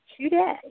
today